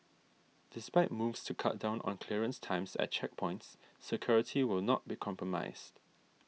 despite moves to cut down on clearance times at checkpoints security will not be compromised